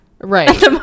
right